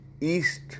east